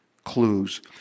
clues